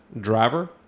driver